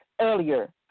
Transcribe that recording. earlier